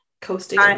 Coasting